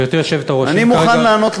אני מוכן לענות,